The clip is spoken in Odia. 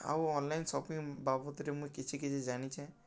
ଆଉ ଅନ୍ଲାଇନ୍ ସପିଂ ବାବଦ୍ରେ ମୁଇଁ କିଛି କିଛି ଜାନିଛେଁ